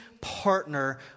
partner